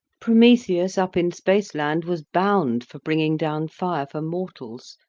prometheus up in spaceland was bound for bringing down fire for mortals,